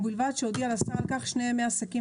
ובלבד שהודיעה לשר על כך שני ימי עסקים